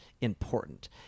important